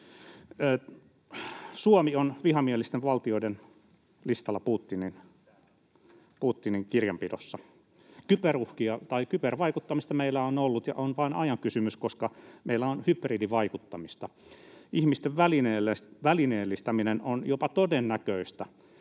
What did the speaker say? Suomi on vihamielisten valtioiden listalla Putinin kirjanpidossa. Kyberuhkia tai kybervaikuttamista meillä on ollut, ja on vain ajan kysymys, koska meillä on hybridivaikuttamista. Ihmisten välineellistäminen on jopa todennäköistä.